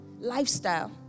Lifestyle